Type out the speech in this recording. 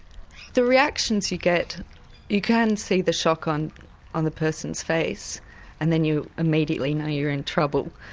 the reactions you get you can see the shock on on the person's face and then you immediately know you're in trouble.